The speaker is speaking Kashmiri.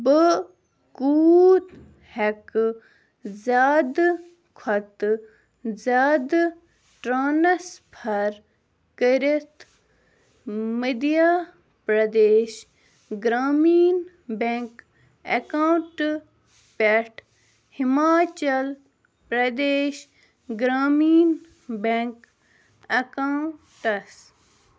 بہٕ کوٗت ہٮ۪کہٕ زیادٕ کھۄتہٕ زیادٕ ٹرٛانسفَر کٔرِتھ مدھیہ پرٛدیش گرٛامیٖن بٮ۪نٛک اٮ۪کاوُنٛٹ پٮ۪ٹھ ہماچَل پرٛدیش گرٛامیٖن بٮ۪نٛک اٮ۪کاوُنٛٹَس